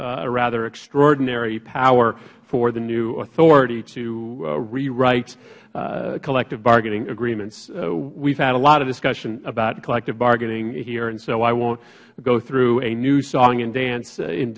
a rather extraordinary power for the new authority to rewrite collective bargaining agreements we have had a lot of discussion about collective bargaining here so i wont go through a new song and dance in